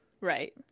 Right